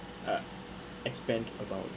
uh expand about